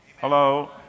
Hello